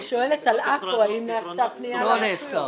אני שואלת על עכו, האם נעשתה פנייה לרשויות?